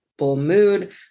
mood